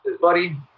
buddy